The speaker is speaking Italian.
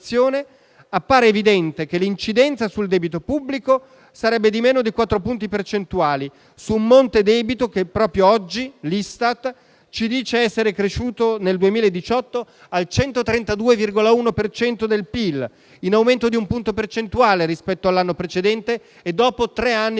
appare evidente che l'incidenza sul debito pubblico sarebbe di meno di quattro punti percentuali, su un monte debito che proprio oggi Istat ci dice essere cresciuto nel 2018 al 132,1 per cento del PIL, in aumento di un punto percentuale rispetto all'anno precedente e dopo tre anni di costante diminuzione.